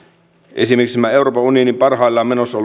esimerkiksi tässä euroopan unionin parhaillaan menossa